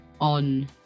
on